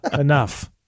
Enough